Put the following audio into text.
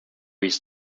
his